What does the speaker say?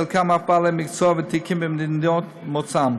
חלקם אף בעלי מקצוע ותיקים במדינות מוצאם.